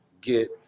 get